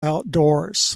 outdoors